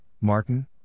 Martin